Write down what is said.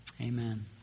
Amen